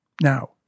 Now